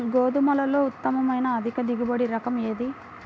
గోధుమలలో ఉత్తమమైన అధిక దిగుబడి రకం ఏది?